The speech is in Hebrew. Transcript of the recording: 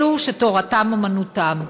אלו שתורתם-אומנותם".